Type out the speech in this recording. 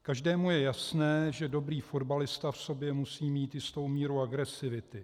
Každému je jasné, že dobrý fotbalista v sobě musí mít jistou míru agresivity.